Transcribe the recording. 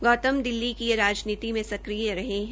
गौतम दिल्ली की राजनीति में सक्रिय रहे हैं